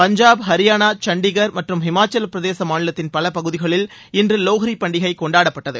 பஞ்சாப் ஹரியானா சண்டிகர் மற்றும் ஹிமாச்சல்பிரதேச மாநிலத்தின் பல பகுதிகளில் இன்று லோஹிரி பண்டிகை கொண்டாடப்பட்டது